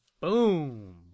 Boom